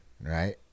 right